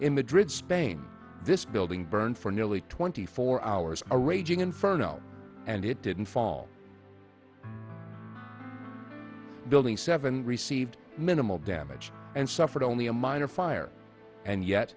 in madrid spain this building burned for nearly twenty four hours a raging inferno and it didn't fall building seven received minimal damage and suffered only a minor fire and yet